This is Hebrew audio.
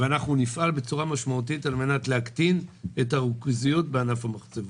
אנחנו נפעל בצורה משמעותית על מנת להקטין את הריכוזיות בענף המחצבות.